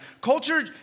Culture